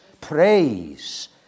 praise